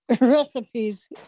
recipes